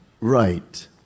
right